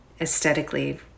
aesthetically